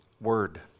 word